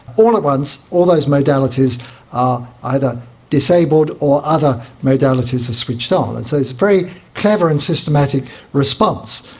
all at once, all those modalities are either disabled or other modalities are switched on. and so it's a very clever and systematic response,